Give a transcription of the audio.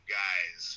guys